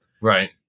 Right